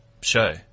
show